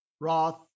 Roth